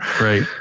right